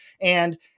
And-